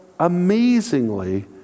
Amazingly